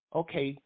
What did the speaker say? okay